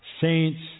saints